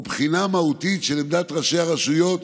ובחינה מהותית של עמדת ראשי הרשויות,